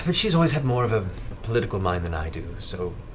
but she has always had more of a political mind than i do, so,